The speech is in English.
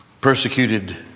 persecuted